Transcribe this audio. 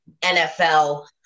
NFL